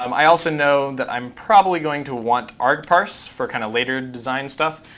um i also know that i'm probably going to want argparse for kind of later design stuff.